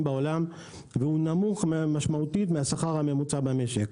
בעולם והוא נמוך משמעותית מן השכר הממוצע במשק.